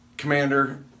Commander